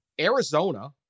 Arizona